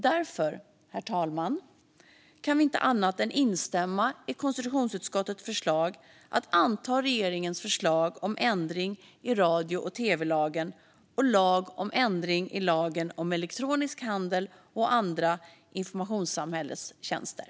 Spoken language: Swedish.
Därför, herr talman, kan vi inte annat än instämma i konstitutionsutskottets förslag att anta regeringens förslag till lag om ändring i radio och tv-lagen och lag om ändring i lagen om elektronisk handel och andra informationssamhällets tjänster.